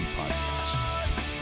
Podcast